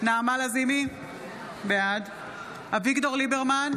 נעמה לזימי, בעד אביגדור ליברמן,